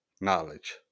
knowledge